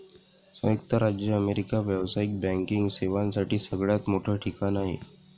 संयुक्त राज्य अमेरिका व्यावसायिक बँकिंग सेवांसाठी सगळ्यात मोठं ठिकाण आहे